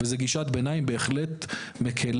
וזו גישת ביניים בהחלט מקלה,